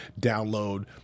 download